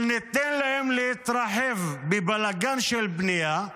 ניתן להם להתרחב בבלגן של בנייה,